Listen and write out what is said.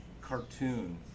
cartoon